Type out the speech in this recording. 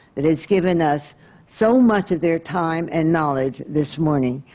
that has given us so much of their time and knowledge this morning.